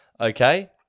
Okay